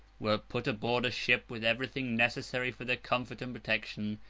were put aboard ship with everything necessary for their comfort and protection,